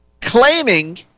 claiming